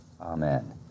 Amen